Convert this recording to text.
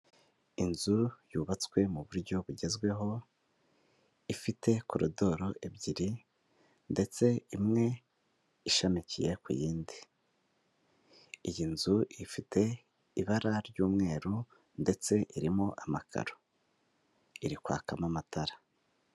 inzu yubatswe mu buryo bugezweho ifite koridoro ebyiri ndetse imwe ishamikiye ku yindi. Iyi nzu ifite ibara ry'umweru ndetse irimo amakararo, iri kwakamo amatara.